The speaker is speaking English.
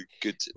good